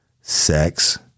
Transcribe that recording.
Sex